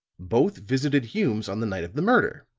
both visited hume's on the night of the murder.